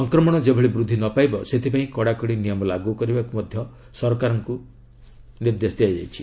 ସଂକ୍ରମଣ ଯେଭଳି ବୃଦ୍ଧି ନ ପାଇବ ସେଥିପାଇଁ କଡ଼ାକଡ଼ି ନିୟମ ଲାଗୁ କରିବାକୁ ମଧ୍ୟ ସେମାନଙ୍କୁ ନିର୍ଦ୍ଦେଶ ଦିଆଯାଇଛି